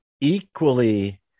equally